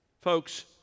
Folks